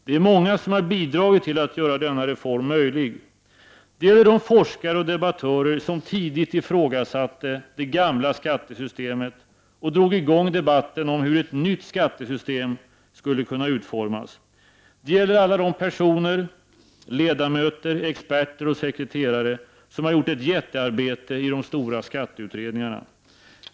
Det är många som har bidragit till att göra denna reform möjlig. Det gäller de forskare och debattörer som tidigt ifrågasatte det gamla skattesystemet och drog i gång debatten om hur ett nytt skattesystem skulle kunna utformas. Det gäller alla de personer — ledamöter, experter och sekreterare — som har gjort ett jättearbete i de stora skatteutredningarna.